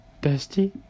dusty